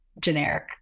generic